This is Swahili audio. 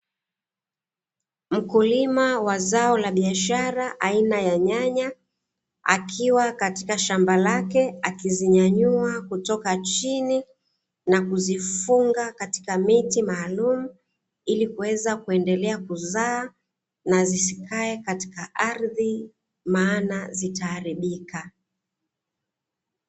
Mkulima wa zao la biashara aina ya nyanya, akiwa katika shamba lake akizinyanyua kutoka chini na kuzifunga katika miti maalumu, ili kuweza kuendelea kuzaa na zisikae katika ardhi, maana zitaharibika.